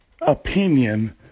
opinion